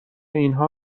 اینها